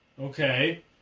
Okay